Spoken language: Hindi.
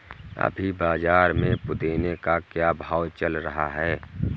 अभी बाज़ार में पुदीने का क्या भाव चल रहा है